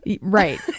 Right